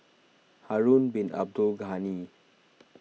Harun Bin Abdul Ghani